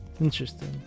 Interesting